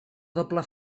doble